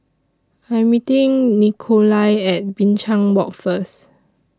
I'm meeting Nikolai At Binchang Walk First